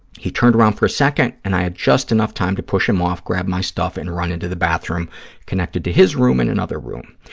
he turned around for a second, and i had just enough time to push him off, grab my stuff and run into the bathroom connected to his room and another room.